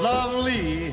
Lovely